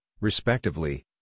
respectively